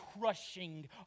crushing